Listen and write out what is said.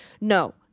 no